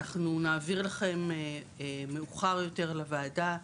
אנחנו נעביר לכם מאוחר יותר לוועדה,